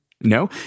No